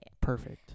Perfect